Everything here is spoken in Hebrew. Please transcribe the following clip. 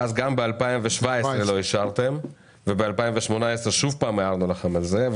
ואז גם ב-2017 לא אישרתם וב-2018 שוב פעם הערנו לכם על זה,